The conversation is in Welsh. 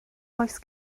oes